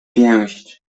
pięść